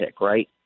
right